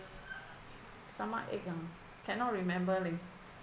stomachache ah cannot remember leh